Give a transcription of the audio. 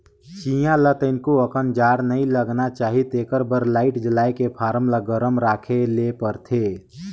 चीया ल तनिको अकन जाड़ नइ लगना चाही तेखरे बर लाईट जलायके फारम ल गरम राखे ले परथे